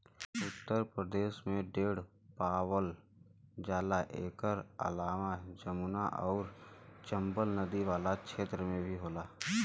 उत्तर प्रदेश में ढेर पावल जाला एकर अलावा जमुना आउर चम्बल नदी वाला क्षेत्र में भी होला